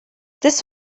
this